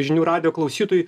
žinių radijo klausytojai